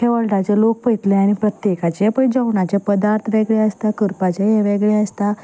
आख्खे वर्ल्डाचे लोक पयतले आनी प्रत्येकाचे पळय जेवणाचे पदार्त वेगळे आसता करपाचें हें वेगळें आसता